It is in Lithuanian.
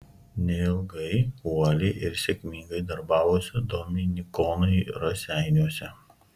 neilgai uoliai ir sėkmingai darbavosi dominikonai raseiniuose